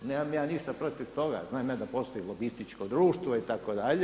Nemam ja ništa protiv toga, znam ja da postoji lobističko društvo itd.